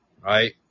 right